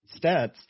Stats